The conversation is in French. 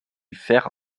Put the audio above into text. fer